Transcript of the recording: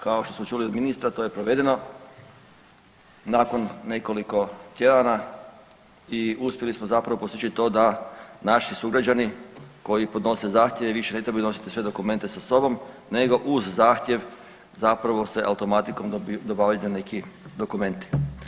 Kao što smo čuli od ministra to je provedeno nakon nekoliko tjedana i uspjeli smo zapravo postići to da naši sugrađani koji podnose zahtjeve više ne trebaju nositi sve dokumente sa sobom, nego uz zahtjev zapravo se automatikom dobavljaju neki dokumenti.